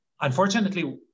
unfortunately